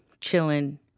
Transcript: chilling